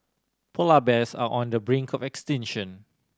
polar bears are on the brink of extinction